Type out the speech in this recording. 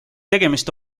tegemist